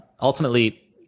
ultimately